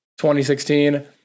2016